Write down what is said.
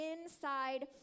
inside